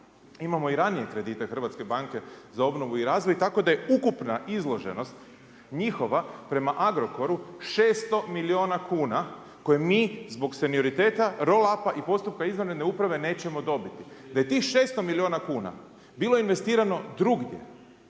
imamo i ranije kredite Hrvatske banke za obnovu i razvoj, tako da je ukupna izloženost njihova prema Agrokoru 600 milijuna kuna koje mi zbog senioriteta roll upa i postupka izvanredne uprave nećemo dobiti. Da je tih 600 milijuna kuna bilo investirano drugdje,